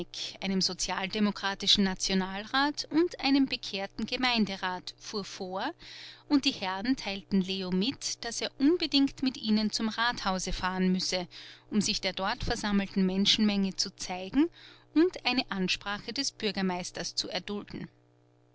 einem sozialdemokratischen nationalrat und einem bekehrten gemeinderat fuhr vor und die herren teilten leo mit daß er unbedingt mit ihnen zum rathause fahren müsse um sich der dort versammelten menschenmenge zu zeigen und eine ansprache des bürgermeisters zu erdulden